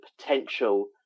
potential